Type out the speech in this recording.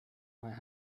might